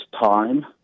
time